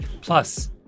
Plus